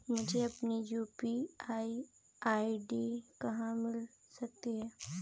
मुझे अपनी UPI ID कहां मिल सकती है?